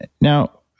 Now